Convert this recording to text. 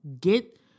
get